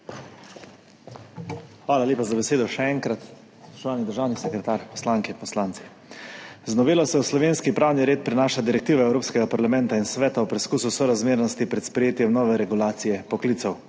Hvala lepa za besedo, še enkrat. Spoštovani državni sekretar, poslanke in poslanci! Z novelo se v slovenski pravni red prenaša direktiva Evropskega parlamenta in Sveta o preskusu sorazmernosti pred sprejetjem nove regulacije poklicev.